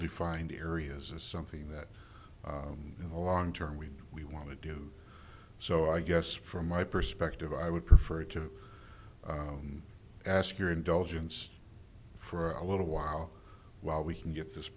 defined areas is something that in the long term we we want to do so i guess from my perspective i would prefer to ask your indulgence for a little while while we can get this